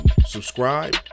subscribe